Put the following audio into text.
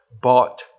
bought